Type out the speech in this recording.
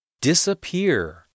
Disappear